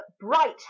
bright